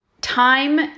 Time